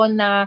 na